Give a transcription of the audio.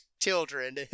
children